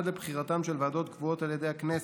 עד לבחירתן של ועדות קבועות על ידי הכנסת.